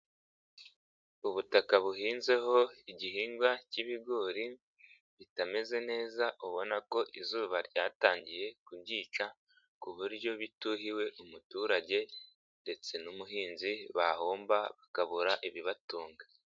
Ubutaka buhinzeho igihingwa k'ibigori bitameze neza ubona ko izuba ryatangiye kubyica ku buryo bituhiwe umuturage ndetse n'umuhinzi bahomba bakabura ibibatunga.